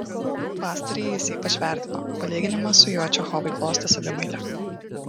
pastarąjį jis ypač vertino palyginimas su juo čechovui glostė savimeilę